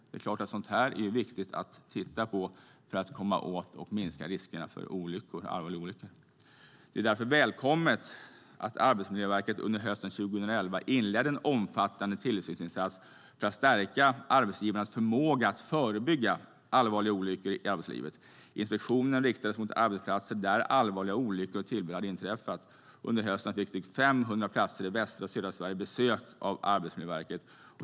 Det är klart att det är viktigt att titta på sådant här för att komma åt och även minska risken för allvarliga olyckor. Det var därför välkommet att Arbetsmiljöverket under hösten 2011 inledde en omfattande tillsynsinsats för att stärka arbetsgivarnas förmåga att förebygga allvarliga olyckor i arbetslivet. Inspektionerna riktades mot arbetsplatser där allvarliga olyckor och tillbud hade inträffat. Under hösten fick drygt 500 arbetsplatser i västra och södra Sverige besök av Arbetsmiljöverket.